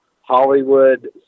Hollywood